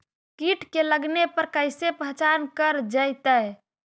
कीट के लगने पर कैसे पहचान कर जयतय?